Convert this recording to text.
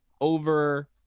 over